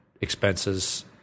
expenses